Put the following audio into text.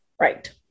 Right